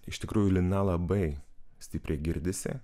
iš tikrųjų lina labai stipriai girdisi